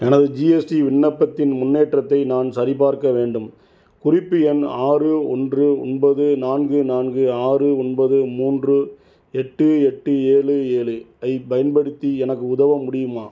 எனது ஜிஎஸ்டி விண்ணப்பத்தின் முன்னேற்றத்தை நான் சரிபார்க்க வேண்டும் குறிப்பு எண் ஆறு ஒன்று ஒன்பது நான்கு நான்கு ஆறு ஒன்பது மூன்று எட்டு எட்டு ஏழு ஏழு ஐப் பயன்படுத்தி எனக்கு உதவ முடியுமா